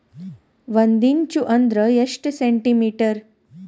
ಒಂದಿಂಚು ಅಂದ್ರ ಎಷ್ಟು ಸೆಂಟಿಮೇಟರ್?